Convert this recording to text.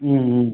ம்ம்